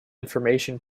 information